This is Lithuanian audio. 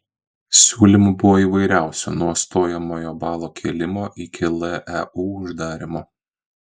siūlymų buvo įvairiausių nuo stojamojo balo kėlimo iki leu uždarymo